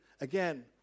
again